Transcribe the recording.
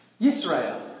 Yisra'el